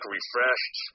refreshed